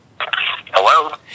Hello